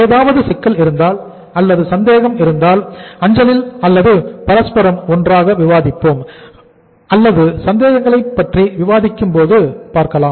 ஏதாவது சிக்கல் இருந்தால் அல்லது ஏதாவது சந்தேகம் இருந்தால் அஞ்சலில் அல்லது பரஸ்பரம் ஒன்றாக விவாதிப்போம் அல்லது சந்தேகங்களை பற்றி விவாதிக்கும்போது பார்க்கலாம்